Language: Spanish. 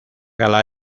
gala